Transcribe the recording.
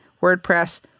WordPress